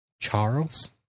Charles